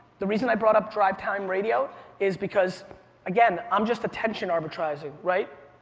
the reason i brought up drive time radio is because again, i'm just attention arbitraging, right?